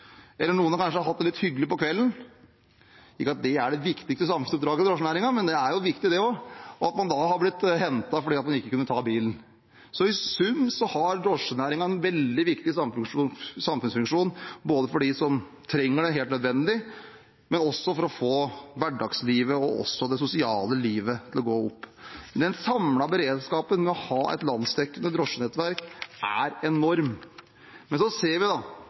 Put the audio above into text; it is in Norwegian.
Noen har kanskje hatt det litt hyggelig på kvelden – jeg sier ikke at det er det viktigste samfunnsoppdraget for drosjenæringen, men det er også viktig – og har blitt hentet fordi man ikke kunne ta bilen. I sum har drosjenæringen en veldig viktig samfunnsfunksjon, både for dem som dette er helt nødvendig for, og for å få hverdagslivet og det sosiale livet til å gå opp. Den samlede beredskapen knyttet til å ha et landsdekkende drosjenettverk er enorm. Men la oss se på taxinæringen, som er så